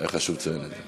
אז היה חשוב לציין את זה.